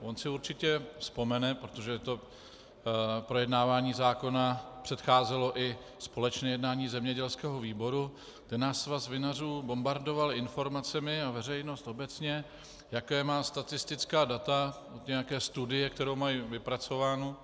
On si určitě vzpomene, protože projednávání zákona předcházelo i společné jednání zemědělského výboru, kde nás Svaz vinařů bombardoval informacemi, a veřejnost obecně, jaká má statistická data z nějaké studie, kterou mají vypracovánu.